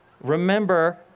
Remember